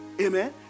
Amen